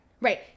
Right